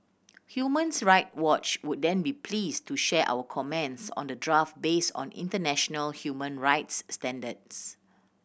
Human's Right Watch would then be pleased to share our comments on the draft based on international human rights standards